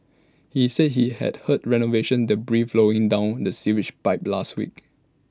he said he had heard renovation debris flowing down the sewage pipe last week